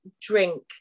drink